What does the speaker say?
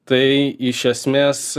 tai iš esmės